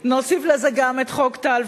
נוסיף לזה גם את חוק טל.